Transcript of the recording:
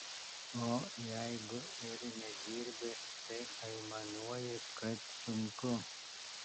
o jeigu ir nedirbi tai aimanuoji kad sunku